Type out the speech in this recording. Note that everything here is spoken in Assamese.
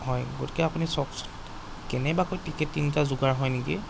হয় গতিকে আপুনি চাওকচোন কেনেবাকৈ টিকেট তিনিটা যোগাৰ হয় নেকি